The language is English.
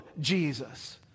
Jesus